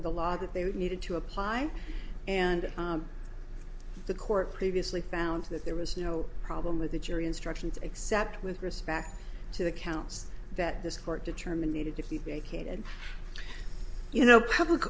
the law that they needed to apply and the court previously found that there was no problem with the jury instructions except with respect to the counts that this court determined needed to be a kid and you know public